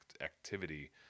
activity